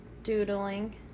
doodling